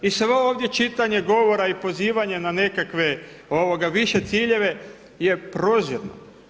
I svo ovdje čitanje govora i pozivanje na nekakve više ciljeve je prozirno.